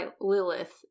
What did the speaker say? Lilith